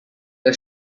was